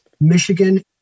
Michigan